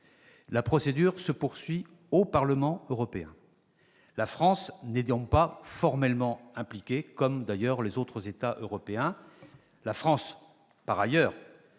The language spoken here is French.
La procédure se poursuit au Parlement européen. La France, qui n'est pas formellement impliquée, comme d'ailleurs les autres États européens, considère que les